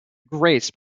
grace